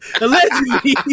allegedly